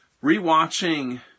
re-watching